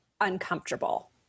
uncomfortable